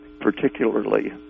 particularly